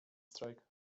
strajk